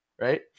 right